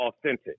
authentic